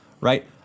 right